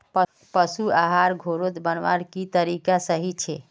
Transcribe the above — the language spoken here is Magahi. पशु आहार घोरोत बनवार की तरीका सही छे?